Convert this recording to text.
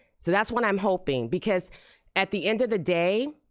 so that's what i'm hoping, because at the end of the day,